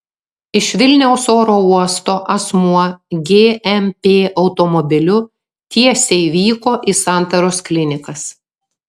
iš vilniaus oro uosto asmuo gmp automobiliu tiesiai vyko į santaros klinikas